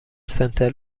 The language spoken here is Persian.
سنتر